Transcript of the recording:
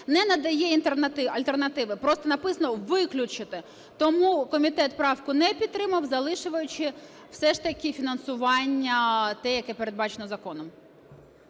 не надає альтернативи, просто написано "виключити". Тому комітет правку не підтримав, залишаючи все ж таки фінансування те, яке передбачено законом.